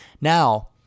Now